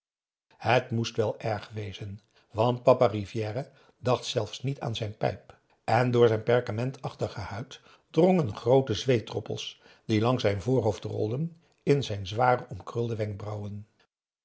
het moest wel erg wezen want papa rivière dacht zelfs niet aan zijn pijp en door zijn perkamentachtige huid drongen groote zweetdroppels die langs zijn voorhoofd rolden in zijn zware omkrullende wenkbrauwen